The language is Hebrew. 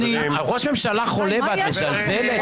ראש ממשלה חולה, ואת מזלזלת?